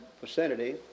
vicinity